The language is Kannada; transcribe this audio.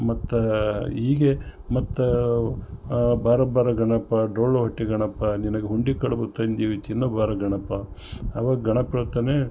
ಮತ್ತು ಹೀಗೆ ಮತ್ತು ಬಾರೋ ಬಾರೋ ಗಣಪ ಡೊಳ್ಳು ಹೊಟ್ಟೆ ಗಣಪ ನಿನಗೆ ಉಂಡೆ ಕಡಬು ತಂದೀವಿ ತಿನ್ನೋ ಬಾರೋ ಗಣಪ ಅವಾಗ ಗಣಪ ಹೇಳ್ತಾನೆ